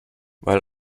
weil